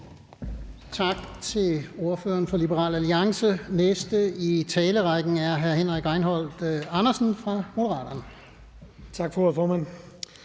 Tak til ordføreren for Liberal Alliance. Den næste i talerrækken er hr. Henrik Rejnholt Andersen fra Moderaterne. Kl.